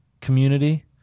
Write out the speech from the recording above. community